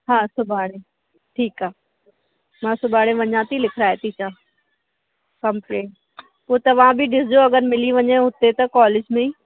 हा सुभाणे ठीकु आहे मां सुभाणे वञा थी लिखाइ थी अचा कंप्लेंट पोइ तव्हां बि ॾिसजो अगरि मिली वञे हुते त कॉलेज में